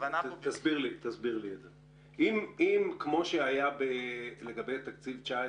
הסבר לי, אם כמו שהיה לגבי תקציב 2019